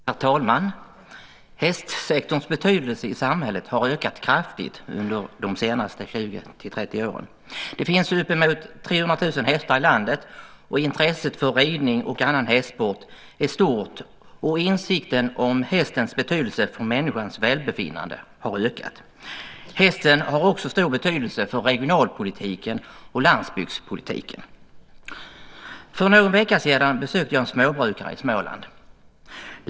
Herr talman! Hästsektorns betydelse i samhället har ökat kraftigt under de senaste 20-30 åren. Det finns uppemot 300 000 hästar i landet. Intresset för ridning och annan hästsport är stort, och insikten om hästens betydelse för människans välbefinnande har ökat. Hästen har också stor betydelse för regionalpolitiken och landsbygdspolitiken. För någon vecka sedan besökte jag en småbrukare i Småland.